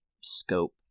scope